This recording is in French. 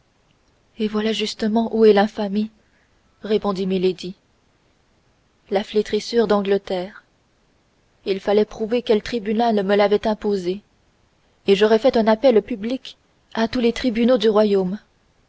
et voilà justement où est l'infamie répondit milady la flétrissure d'angleterre il fallait prouver quel tribunal me l'avait imposée et j'aurais fait un appel public à tous les tribunaux du royaume